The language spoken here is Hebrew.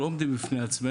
אנחנו לא עומדים בפני עצמנו,